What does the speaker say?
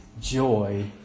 joy